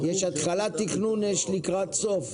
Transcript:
יש התחלת תכנון יש לקראת, יש סוף.